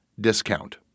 discount